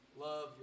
Love